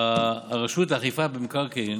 הרשות לאכיפה במקרקעין